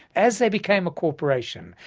as they became a corporation,